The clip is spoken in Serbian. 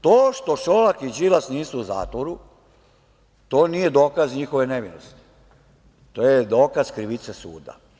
To što Šolak i Đilas nisu u zatvoru, to nije dokaz njihove nevinosti, to je dokaz krivice suda.